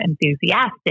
enthusiastic